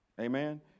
Amen